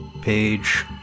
page